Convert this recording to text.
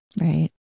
right